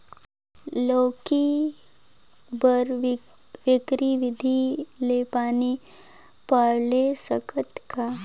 लौकी बर क्यारी विधि ले पानी पलोय सकत का?